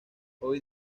hoy